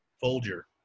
folger